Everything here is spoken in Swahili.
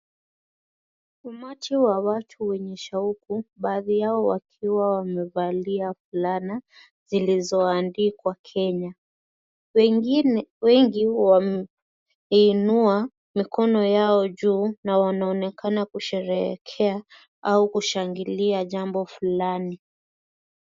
Umati wa watu wenye shauku. Baadhi yao wakiwa wamevalia fulana zilizoandikwa Kenya. Wengine wengi wameinua mikono yao juu na wanaonekana kusherehekea au kushangilia jambo fulani.